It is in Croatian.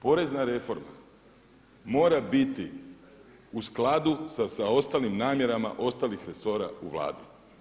Porezna reforma mora biti u skladu s ostalim namjerama ostalih resora u Vladi.